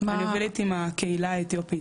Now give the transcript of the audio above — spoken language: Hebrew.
אני עובדת עם הקהילה האתיופית,